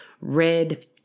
Red